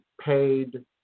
paid